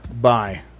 Bye